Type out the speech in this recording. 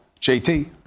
JT